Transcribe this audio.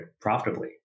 profitably